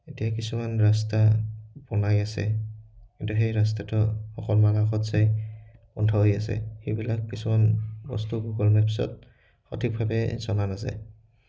এতিয়া কিছুমান ৰাস্তা বনাই আছে কিন্তু সেই ৰাস্তাটো অকণমান আগত যে বন্ধ হৈ আছে সেইবিলাক কিছুমান বস্তু গুগল মেপছত সঠিকভাৱে জনা নাযায়